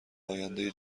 آینده